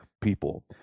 people